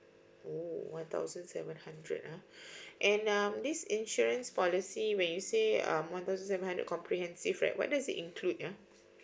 oh one thousand seven hundred ah and ah this insurance policy when you say um one thousand seven hundred comprehensive right what does it include ah